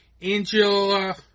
Angela